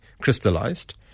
crystallized